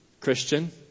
Christian